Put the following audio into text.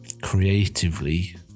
creatively